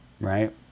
right